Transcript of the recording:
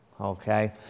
Okay